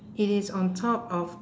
it is on top of